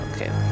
Okay